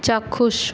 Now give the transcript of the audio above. চাক্ষুষ